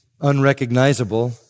unrecognizable